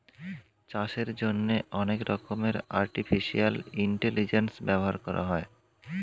চাষের জন্যে অনেক রকমের আর্টিফিশিয়াল ইন্টেলিজেন্স ব্যবহার করা হয়